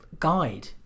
guide